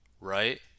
right